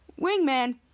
Wingman